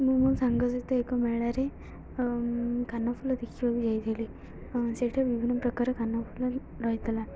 ମୁଁ ମୋ ସାଙ୍ଗ ସହିତ ଏକ ମେଳାରେ କାନଫୁଲ ଦେଖିବାକୁ ଯାଇଥିଲି ସେଇଠାରେ ବିଭିନ୍ନ ପ୍ରକାର କାନଫୁଲ ରହିଥିଲା